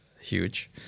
huge